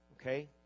Okay